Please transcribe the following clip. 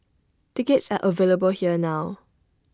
tickets are available here now